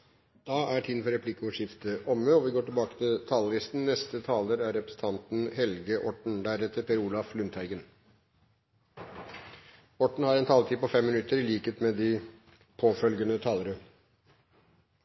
da bør vi juble istedenfor å drive med flisespikkeri. Replikkordskiftet